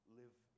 live